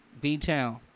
B-Town